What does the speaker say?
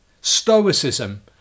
Stoicism